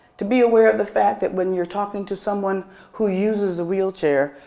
to be aware of the fact that when you're talking to someone who uses a wheelchair,